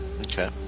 Okay